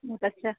बहुत अच्छा